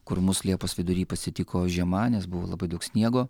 kur mus liepos vidury pasitiko žiema nes buvo labai daug sniego